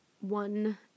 One